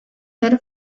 yarı